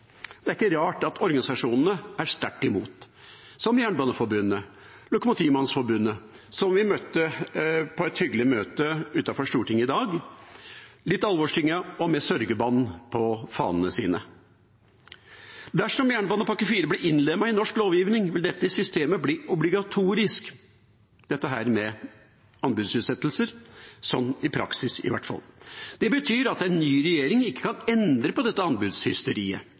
Det er ikke rart at organisasjonene er sterkt imot – som Norsk Jernbaneforbund og Norsk Lokmotivmannsforbund, som vi møtte på et hyggelig møte utenfor Stortinget i dag, litt alvorstyngede og med sørgebånd på fanene sine. Dersom fjerde jernbanepakke blir innlemmet i norsk lovgivning, vil dette systemet med anbudsutsettelser bli obligatorisk, i hvert fall i praksis. Det betyr at en ny regjering ikke kan endre på dette anbudshysteriet,